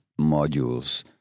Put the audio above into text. modules